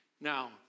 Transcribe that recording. Now